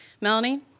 Melanie